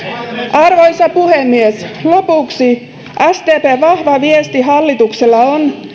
arvoisa puhemies lopuksi sdpn vahva viesti hallitukselle on